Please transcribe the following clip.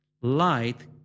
Light